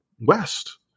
west